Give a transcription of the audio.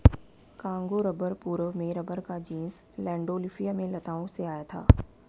Congo rubber पूर्व में rubber का जीनस लैंडोल्फिया में लताओं से आया था